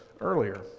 earlier